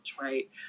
Right